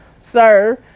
sir